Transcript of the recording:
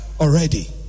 already